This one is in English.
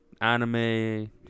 anime